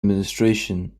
administration